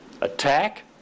attack